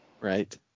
Right